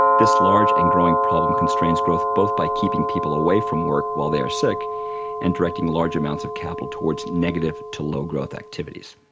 this large and growing problem constrains growth both my keeping people away from work while they are sick and directing large amounts of capital towards negative to low growth activities.